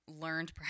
learned